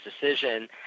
decision